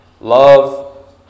Love